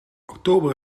oktober